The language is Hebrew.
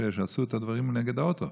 שעשו את הדברים נגד האוטו,